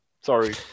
sorry